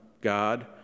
God